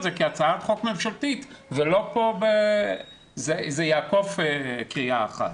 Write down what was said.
זה כהצעת חוק ממשלתית ולא פה --- זה יעקוף קריאה אחת.